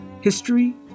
History